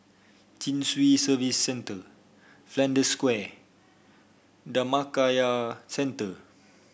Chin Swee Service Centre Flanders Square Dhammakaya Centre